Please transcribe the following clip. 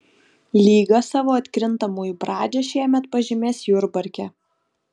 lyga savo atkrintamųjų pradžią šiemet pažymės jurbarke